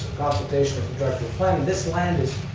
competition for director flynn, this land is,